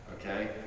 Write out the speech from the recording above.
Okay